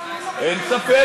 אין ספק.